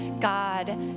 God